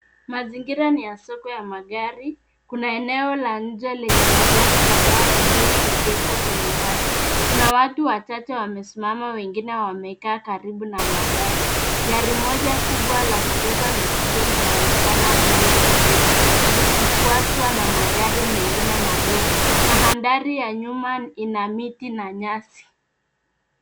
Mazingira ni ya soko ya magari, kuna eneo la nje lenye magari kadhaa yaliyoegeshwa kwenye nyasi. Kuna watu wachache wamesimama wengine wamekaa karibu na magari. Gari moja kubwa la kubeba mizigo linaonekana mbele kulia likifuatwa na magari mengine madogo. Mandhari ya nyuma ina miti na nyasi.